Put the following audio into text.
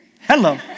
Hello